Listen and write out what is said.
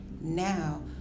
Now